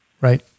right